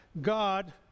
God